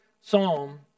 psalm